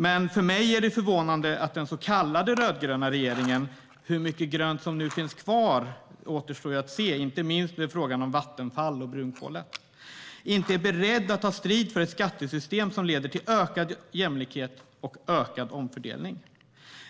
Men för mig är det förvånande att den så kallade rödgröna regeringen - hur mycket grönt som finns kvar återstår att se, inte minst i frågan kring Vattenfall och brunkolet - inte är beredd att ta strid för ett skattesystem som leder till ökad jämlikhet och ökad omfördelning.